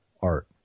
art